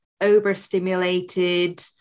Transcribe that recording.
overstimulated